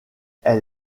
elle